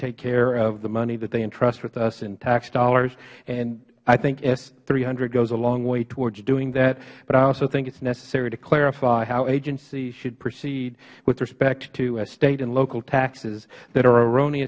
take care of the money that they entrust with us in tax dollars i think s three hundred goes a long way toward doing that but i also think it is necessary to clarify how agencies should proceed with respect to state and local taxes that are